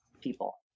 people